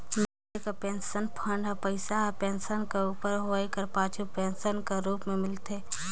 मइनसे कर pension fund कर पइसा हर पेंसन कर उमर होए कर पाछू पेंसन कर रूप में मिलथे